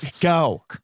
Go